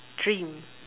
dream